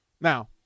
Now